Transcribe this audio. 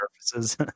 surfaces